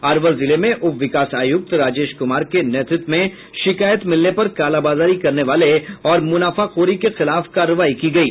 अरवल जिले में उप विकास आयुक्त राजेश कुमार के नेतृत्व में शिकायत मिलने पर कालाबाजारी करने वाले और मूनाफाखोरी के खिलाफ कार्रवाई की गयी